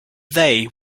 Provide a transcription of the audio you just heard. they